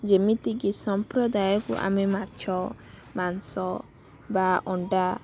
ଯେମିତି କି ସଂପ୍ରଦାୟକୁ ଆମେ ମାଛ ମାଂସ ବା ଅଣ୍ଡା